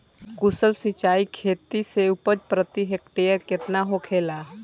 कुशल सिंचाई खेती से उपज प्रति हेक्टेयर केतना होखेला?